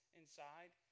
inside